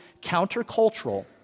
countercultural